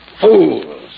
Fools